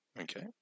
Okay